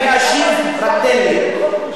אני אשיב, רק תן לי.